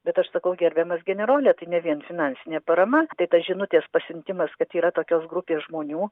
bet aš sakau gerbiamas generole tai ne vien finansinė parama tai tas žinutės pasiuntimas kad yra tokios grupės žmonių